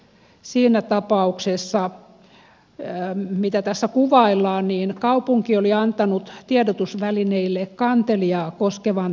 siinä tapauksessa mitä tässä kuvaillaan kaupunki oli antanut tiedotusvälineille kantelijaa koskevan tiedotteen